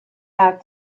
out